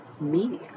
media